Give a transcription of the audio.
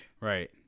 Right